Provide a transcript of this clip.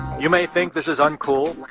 you may think this is uncool.